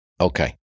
Okay